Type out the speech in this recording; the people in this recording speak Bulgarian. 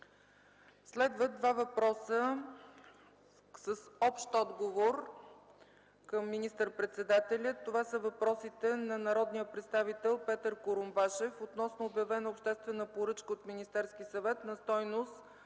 Следват два въпроса с общ отговор към министър-председателя. Това са въпросите на народния представител Петър Курумбашев относно обявена обществена поръчка от Министерския съвет на стойност